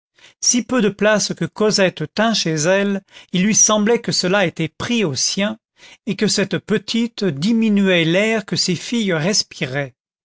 si peu de place que cosette tînt chez elle il lui semblait que cela était pris aux siens et que cette petite diminuait l'air que ses filles respiraient